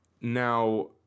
Now